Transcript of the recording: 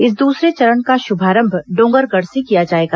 इस दूसरे चरण का शुभारंभ डोंगरगढ़ से किया जाएगा